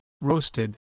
roasted